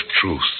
truth